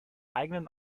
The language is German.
eigenen